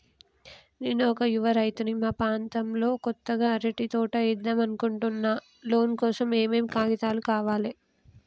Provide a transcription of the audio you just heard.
నేను ఒక యువ రైతుని మా ప్రాంతంలో కొత్తగా అరటి తోట ఏద్దం అనుకుంటున్నా లోన్ కోసం ఏం ఏం కాగితాలు కావాలే?